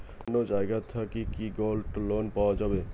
অন্য জায়গা থাকি কি গোল্ড লোন পাওয়া যাবে?